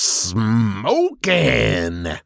smoking